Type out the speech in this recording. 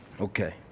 Okay